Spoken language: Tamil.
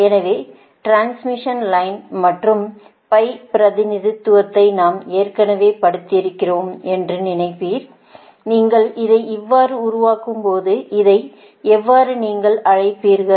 எனவே டிரான்ஸ்மிஷன் லைன் மற்றும் pi பிரதிநிதித்துவத்தை நாம் ஏற்கனவே படித்திருக்கிறோம் என்று நினைப்பீர்கள் நீங்கள் இதை இவ்வாறு உருவாக்கும் போது இதை எவ்வாறு நீங்கள் அழைக்கிறீர்கள்